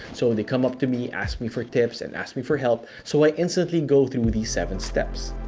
so they come up to me, ask me for tips, and ask me for help, so i instantly go through these seven steps.